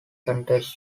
context